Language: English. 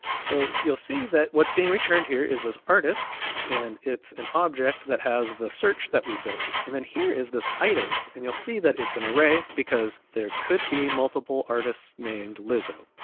so you'll see that what's being returned here is as artists, and it's an object that has the search that we built, and then here is this items, and you'll see that it's an array, because there could be multiple artists named lizzo,